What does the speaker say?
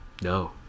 no